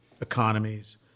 economies